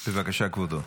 בבקשה, כבודו.